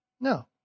No